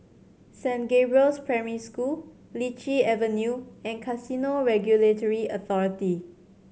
Saint Gabriel's Primary School Lichi Avenue and Casino Regulatory Authority